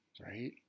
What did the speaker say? Right